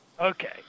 okay